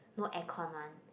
no aircon one